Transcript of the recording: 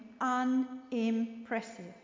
Unimpressive